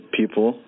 people